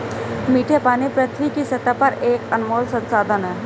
मीठे पानी पृथ्वी की सतह पर एक अनमोल संसाधन है